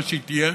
מה שהיא תהיה.